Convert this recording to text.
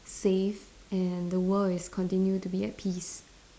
safe and the world is continue to be at peace